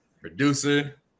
producer